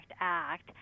act